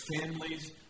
families